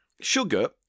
sugar